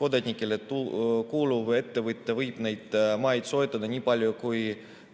kodanikule kuuluv ettevõte võib neid maid soetada nii palju,